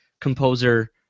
composer